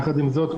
יחד עם זאת,